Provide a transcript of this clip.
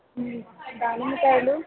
దానిమ్మ కాయలు